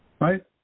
right